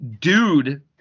dude